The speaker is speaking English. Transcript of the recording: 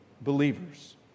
believers